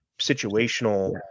situational